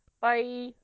Bye